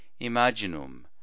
imaginum